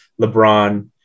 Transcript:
LeBron